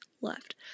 left